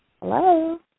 Hello